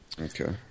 Okay